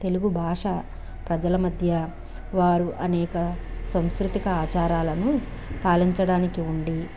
తెలుగుభాష ప్రజల మధ్య వారు అనేక సంస్కృతిక ఆచారాలను పాలించడానికి ఉండి